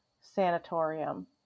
Sanatorium